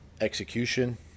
execution